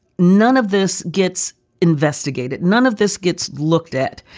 none of this gets investigated. none of this gets looked at.